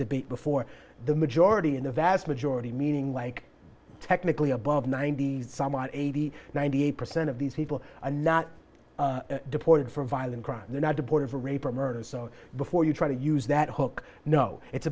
debate before the majority in the vast majority meaning like technically above ninety some odd eighty ninety eight percent of these people are not deported for violent crime they're not deported for rape or murder so before you try to use that hook no it's